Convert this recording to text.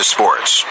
Sports